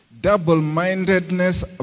Double-mindedness